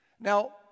Now